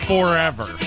Forever